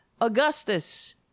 Augustus